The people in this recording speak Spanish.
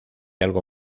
algo